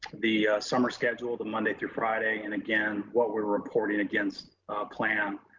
the summer schedule, the monday through friday. and again, what we're reporting against a plan,